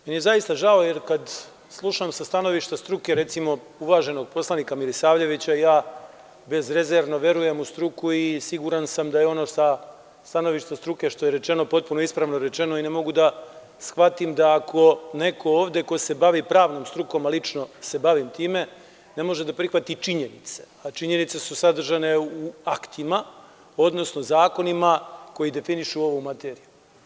Meni je zaista žao, jer kada slušam sa stanovišta struke, recimo, uvaženog poslanika Milisavljevića, ja bezrezervno verujem u struku i siguran sam da je ono sa stanovišta struke što je rečeno potpuno ispravno rečeno i ne mogu da shvatim da ako neko ovde ko se bavi pravno strukom, a lično se bavim time, ne može da prihvati činjenice, a činjenice su sadržane u aktima, odnosno zakonima koji definišu ovu materiju.